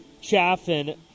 chaffin